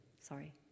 Sorry